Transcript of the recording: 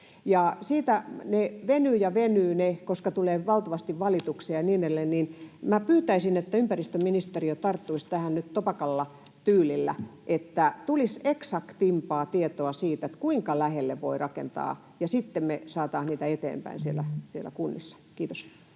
siitä ne venyvät ja venyvät, koska tulee valtavasti valituksia ja niin edelleen, ja minä pyytäisin, että ympäristöministeriö tarttuisi tähän nyt topakalla tyylillä, että tulisi eksaktimpaa tietoa siitä, kuinka lähelle voi rakentaa, ja sitten me saataisiin niitä eteenpäin siellä kunnissa. — Kiitos.